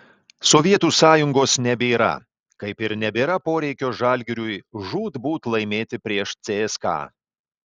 sovietų sąjungos nebėra kaip ir nebėra poreikio žalgiriui žūtbūt laimėti prieš cska